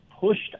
pushed